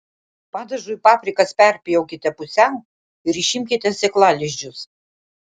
padažui paprikas perpjaukite pusiau ir išimkite sėklalizdžius